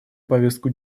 повестку